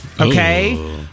Okay